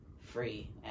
free